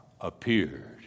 appeared